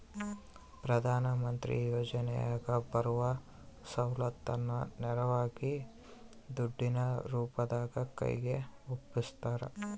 ಪ್ರಧಾನ ಮಂತ್ರಿ ಯೋಜನೆಯಾಗ ಬರುವ ಸೌಲತ್ತನ್ನ ನೇರವಾಗಿ ದುಡ್ಡಿನ ರೂಪದಾಗ ಕೈಗೆ ಒಪ್ಪಿಸ್ತಾರ?